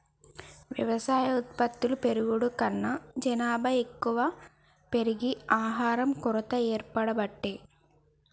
వ్యవసాయ ఉత్పత్తులు పెరుగుడు కన్నా జనాభా ఎక్కువ పెరిగి ఆహారం కొరత ఏర్పడబట్టే